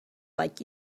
like